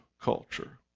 culture